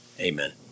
Amen